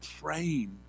praying